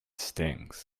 stinks